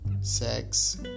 sex